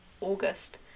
August